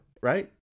right